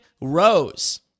Rose